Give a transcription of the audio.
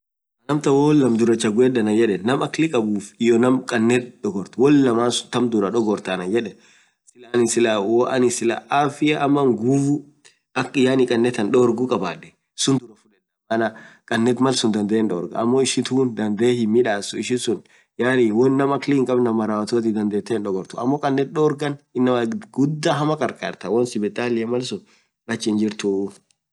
hoo woan laam duraa fudedd anaan yedeen naam akilii kabuuf hyo naam kaneet dorgta anaan yedeen wooanin clah afya ama nguvuu akk kanetaan dorgen kabadee clah hindorgaa amoo ishituun woan naam aklii hinkaabn naam maratuati dandetee hindogortuu, amoo kanet dorgaan inmaa gudaa hamaa karkart woan sibitalia malsun ach hinjirtuu.